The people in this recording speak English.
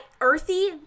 Earthy